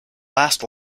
last